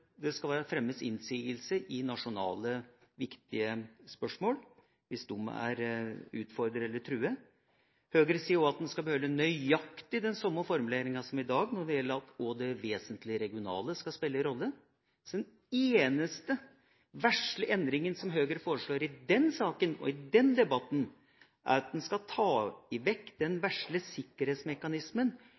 det skal fremmes innsigelser i nasjonale, viktige spørsmål, hvis de er utfordret eller truet. Høyre sier også at en skal beholde nøyaktig den samme formuleringa som i dag når det gjelder at det vesentlig regionale skal spille en rolle. Så den eneste vesle endringa som Høyre foreslår i den saken og i den debatten, er at en skal ta vekk den vesle sikkerhetsmekanismen